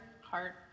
heart